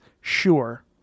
Sure